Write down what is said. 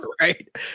right